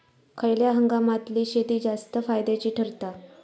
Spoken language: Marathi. खयल्या हंगामातली शेती जास्त फायद्याची ठरता?